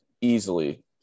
easily